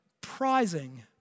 prizing